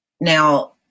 now